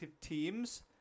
teams